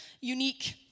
unique